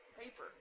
paper